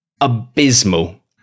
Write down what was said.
abysmal